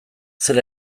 zer